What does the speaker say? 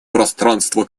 пространство